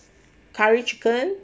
curry chicken